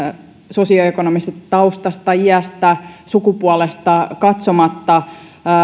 sosioekonomisesta taustasta iästä sukupuolesta katsomatta